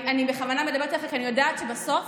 אני בכוונה מדברת אליך, כי אני יודעת שבסוף